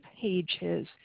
pages